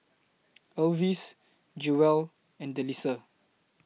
Elvis Jewell and Delisa